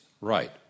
right